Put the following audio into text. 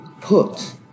put